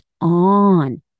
on